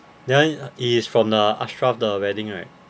that one is from the ashraf 的 wedding right